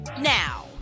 now